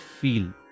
feel